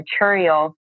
material